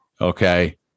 Okay